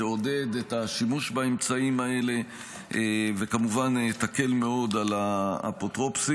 תעודד את השימוש באמצעים האלה וכמובן תקל מאוד על האפוטרופוסים.